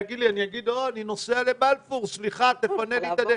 אגיד: אני נוסע לבלפור, סליחה, תפנה לי את הדרך.